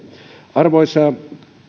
arvoisa